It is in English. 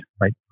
right